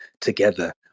together